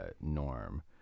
norm